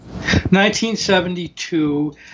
1972